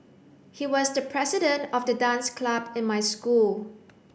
he was the president of the dance club in my school